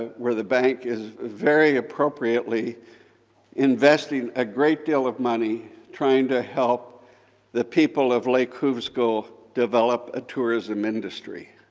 ah where the bank is very appropriately investing a great deal of money trying to help the people of lake hovsgol develop a tourism industry